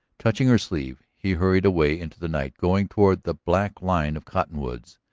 touching her sleeve, he hurried away into the night, going toward the black line of cottonwoods,